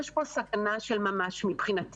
לא, יש פה סכנה של ממש מבחינתי,